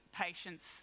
patients